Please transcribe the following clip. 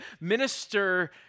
minister